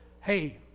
hey